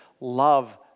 Love